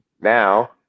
Now